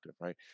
right